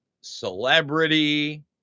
celebrity